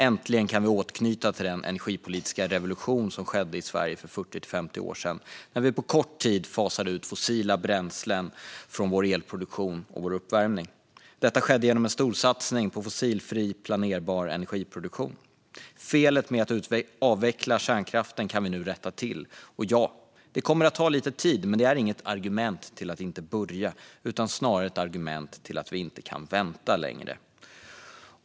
Äntligen kan vi återknyta till den energipolitiska revolution som skedde i Sverige för 40-50 år sedan när vi på kort tid fasade ut fossila bränslen från vår elproduktion och uppvärmning. Detta skedde genom en storsatsning på fossilfri, planerbar energiproduktion. Felet att avveckla kärnkraften kan vi nu rätta till. Det kommer att ta lite tid, men det är inget argument för att inte börja utan snarare ett argument för att vi inte kan vänta längre.